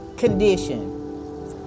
condition